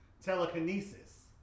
telekinesis